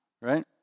Right